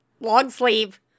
long-sleeve